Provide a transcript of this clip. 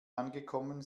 angekommen